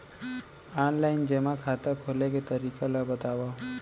Online जेमा खाता खोले के तरीका ल बतावव?